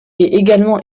également